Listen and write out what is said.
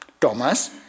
Thomas